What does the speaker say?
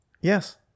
Yes